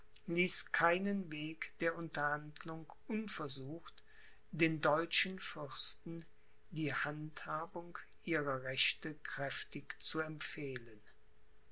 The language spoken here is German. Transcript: ließ keinen weg der unterhandlung unversucht den deutschen fürsten die handhabung ihrer rechte kräftig zu empfehlen